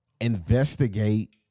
investigate